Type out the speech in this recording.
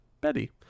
Betty